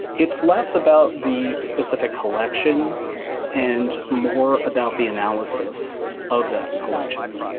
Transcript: it's less about the specific collection and more about the analysis of that collection.